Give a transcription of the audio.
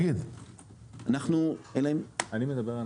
אני מדבר רק